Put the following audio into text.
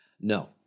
No